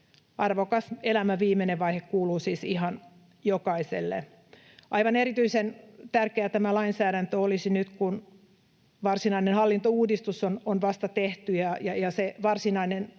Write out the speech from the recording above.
Arvokas elämän viimeinen vaihe kuuluu siis ihan jokaiselle. Aivan erityisen tärkeä tämä lainsäädäntö olisi nyt, kun varsinainen hallintouudistus on vasta tehty ja se varsinainen